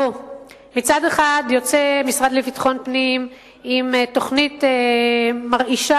מצד אחד יוצא המשרד לביטחון פנים עם תוכנית מרעישה,